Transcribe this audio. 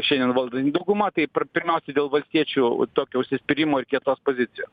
šiandien valdan dauguma tap pirmiausia dėl valstiečių tokio užsispyrimo ir kietos pozicijos